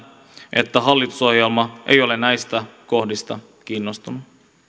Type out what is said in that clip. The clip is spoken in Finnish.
että hallitusohjelma ei ole näistä kohdista kiinnostunut